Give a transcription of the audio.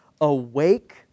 awake